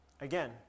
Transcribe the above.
Again